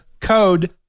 code